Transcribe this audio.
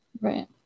Right